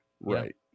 Right